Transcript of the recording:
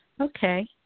Okay